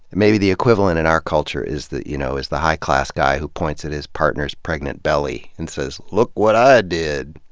maybe the equivalent in our culture is the you know is the high-class guy who points at his partner's pregnant belly and says, look what i did.